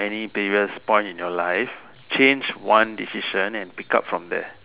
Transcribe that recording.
any previous point in your life change one decision and pick up from there